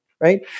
right